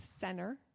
Center